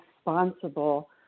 responsible